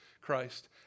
Christ